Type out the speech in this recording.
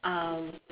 um